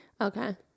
Okay